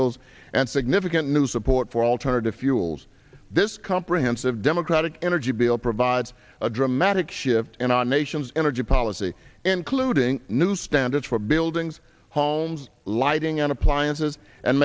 les and significant new support for alternative fuels this comprehensive democratic energy bill provides a dramatic shift in our nation's energy policy including new standards for buildings homes lighting and appliances and